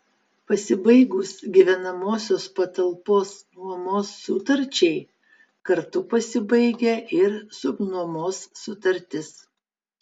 pasibaigus gyvenamosios patalpos nuomos sutarčiai kartu pasibaigia ir subnuomos sutartis